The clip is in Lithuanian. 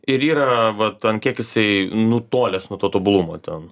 ir yra vat an kiek jisai yra nutolęs nuo to tobulumo ten